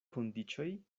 kondiĉoj